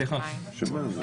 חמישה בעד.